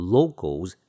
Locals